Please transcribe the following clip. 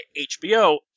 HBO